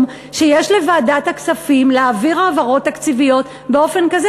שיש לוועדת הכספים להעביר העברות תקציביות באופן כזה?